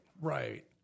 Right